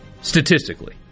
Statistically